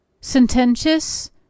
sententious